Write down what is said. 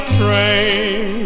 train